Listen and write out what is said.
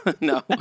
No